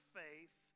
faith